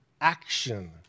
action